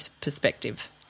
perspective